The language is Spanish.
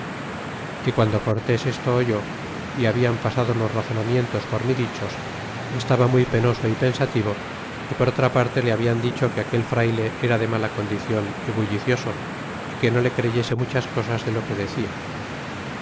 y guando cortés esto oyó é habían pasado los razonamientos por mi dichos estaba muy penoso y pensativo y por otra parte le habian dicho que aquel frayle era de mala condicion y bullicioso y que no le creyese muchas cosas de lo que decia